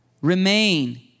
Remain